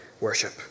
worship